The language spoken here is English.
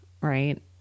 Right